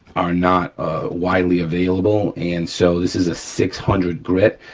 are not widely available, and so this is a six hundred grit,